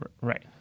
Right